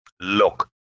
Look